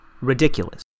ridiculous